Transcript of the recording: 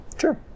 Sure